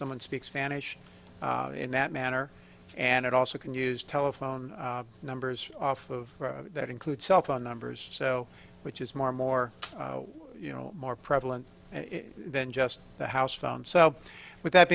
someone speaks spanish in that manner and it also can use telephone numbers off of that include cell phone numbers so which is more and more you know more prevalent than just the house phone so with that